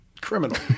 criminal